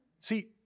See